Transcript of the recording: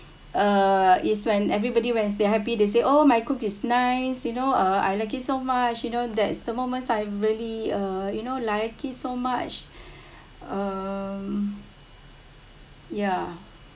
uh is when everybody when they’re happy they say oh my cook is nice you know uh I like it so much you know that's the moments I really uh you know like it so much uh um ya